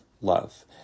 love